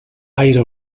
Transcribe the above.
aire